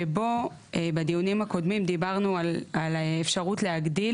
שבו בדיונים הקודמים דיברנו על האפשרות להגדיל